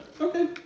Okay